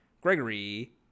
Gregory